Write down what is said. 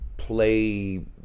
play